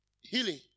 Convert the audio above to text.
Healing